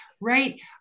right